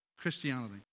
Christianity